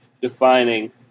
defining